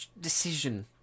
decision